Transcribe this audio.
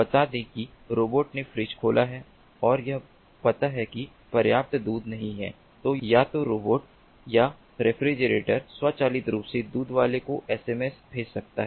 बता दें कि रोबोट ने फ्रिज खोला है और यह पाता है कि पर्याप्त दूध नहीं है तो या तो रोबोट या रेफ्रिजरेटर स्वचालित रूप से दूध वाले को एसएमएस भेज सकता है